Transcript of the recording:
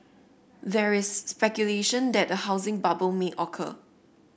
there is speculation that a housing bubble may occur